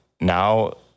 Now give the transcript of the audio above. now